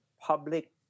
public